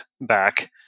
back